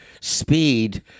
speed